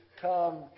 come